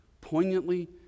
poignantly